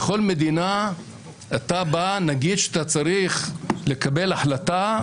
בכל מדינה נגיד שאתה צריך לקבל החלטה,